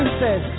says